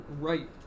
right